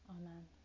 Amen